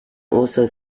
also